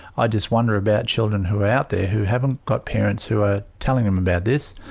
i just wonder about children who are out there who haven't got parents who are telling them about this.